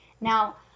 Now